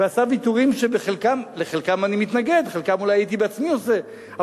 ועשה ויתורים שלחלקם אני מתנגד ואת חלקם אולי הייתי עושה בעצמי,